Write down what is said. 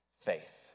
faith